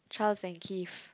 Charles and Keith